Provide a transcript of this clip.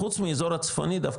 חוץ מהאזור הצפוני דווקא,